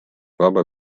vaba